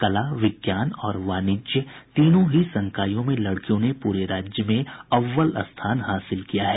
कला विज्ञान और वाणिज्य तीनों ही संकायों में लड़कियों ने पूरे राज्य में अव्वल स्थान हासिल किया है